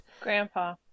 grandpa